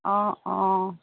অঁ অঁ